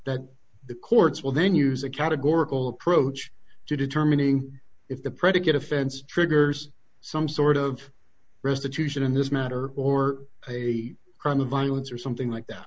that the courts will then use a categorical approach to determining if the predicate offense triggers some sort of restitution in this matter or a crime of violence or something like that